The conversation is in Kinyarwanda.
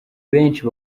benshi